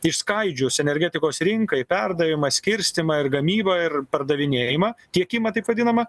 išskaidžius energetikos rinkai perdavimą skirstymą ir gamybą ir pardavinėjimą tiekimą taip vadinamą